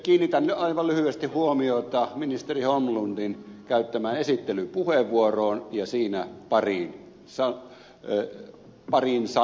kiinnitän aivan lyhyesti huomiota ministeri holmlundin käyttämään esittelypuheenvuoroon ja siinä pariin sanapariin